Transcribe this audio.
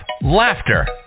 laughter